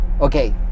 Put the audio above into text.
okay